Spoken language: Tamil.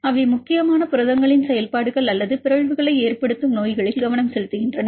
அவை முக்கியமான புரதங்களின் செயல்பாடுகள் அல்லது பிறழ்வுகளை ஏற்படுத்தும் நோய்களில் கவனம் செலுத்துகின்றன